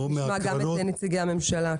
אנחנו תכף נשמע גם את נציגי הממשלה.